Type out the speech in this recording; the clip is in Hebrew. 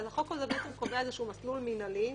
החוק הזה קובע איזשהו מסלול מנהלי.